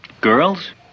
Girls